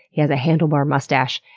he has a handlebar mustache,